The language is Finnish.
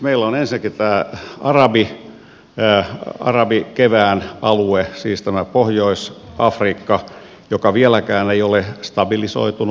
meillä on ensinnäkin tämä arabikevään alue siis tämä pohjois afrikka joka vieläkään ei ole stabilisoitunut